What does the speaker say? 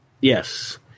Yes